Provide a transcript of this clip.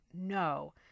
no